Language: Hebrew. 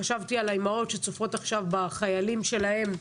חשבתי על האמהות שצופות עכשיו בחיילים שלהם,